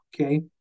okay